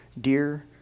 deer